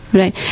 right